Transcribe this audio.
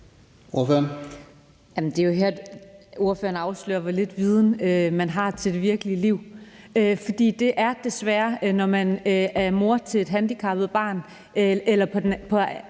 Det er jo her, ordføreren afslører, hvor lidt viden man har til det virkelige liv. Når man er mor til et handicappet barn eller på